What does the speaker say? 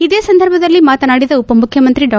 ಇದೇ ಸಂದರ್ಭದಲ್ಲಿ ಮಾತನಾಡಿದ ಉಪಮುಖ್ಯಮಂತ್ರಿ ಡಾ